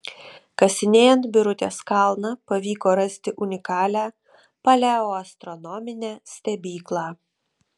kasinėjant birutės kalną pavyko rasti unikalią paleoastronominę stebyklą